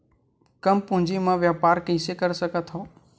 कम पूंजी म व्यापार कइसे कर सकत हव?